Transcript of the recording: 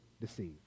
deceived